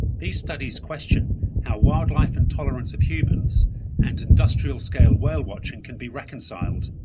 these studies question how wildlife intolerance of humans and industrial scale whale watching can be reconciled.